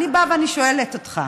אני באה ואני שואלת אותך: